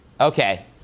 Okay